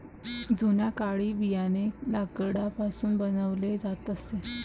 जुन्या काळी बियाणे लाकडापासून बनवले जात असे